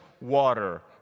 water